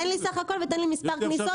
תן לי סך הכול ותן לי מספר כניסות,